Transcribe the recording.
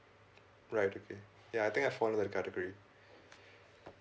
right okay ya I think I fall into that category